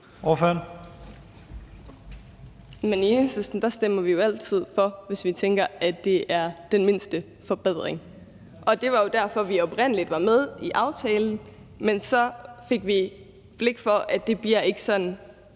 (EL): Men i Enhedslisten stemmer vi jo altid for, hvis vi tænker, det er den mindste forbedring. Det var jo derfor, vi oprindelig var med i aftalen. Men så fik vi blik for, at det ikke bliver sådan,